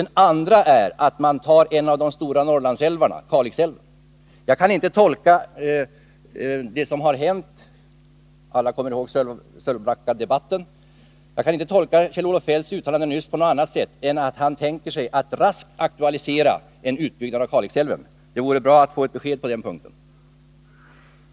Den andra är att man tar en av de stora Norrlandsälvarna, Kalixälven. Jag kan inte tolka det som har hänt — alla kommer ihåg Sölvbackadebatten — eller Kjell-Olof Feldts uttalande nyss på något annat sätt än att han tänker sig att raskt aktualisera en utbyggnad av Kalixälven. Det vore bra att få ett besked på den punkten.